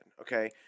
Okay